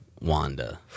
Wanda